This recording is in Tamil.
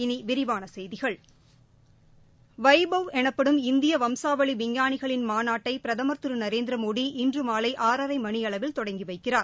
இனி விரிவான செய்திகள் வைபவ் எனப்படும் இந்திய வம்சாவளி விஞ்ஞானிகளின் மாநாட்டை பிரதமர் திரு நரேந்திரமோடி இன்று மாலை ஆறரை மணியளவில் தொடங்கி வைக்கிறார்